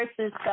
versus